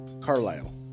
Carlisle